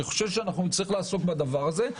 אני חושב שאנחנו נצטרך לעסוק בדבר הזה,